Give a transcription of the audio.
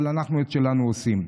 אבל אנחנו את שלנו עשינו.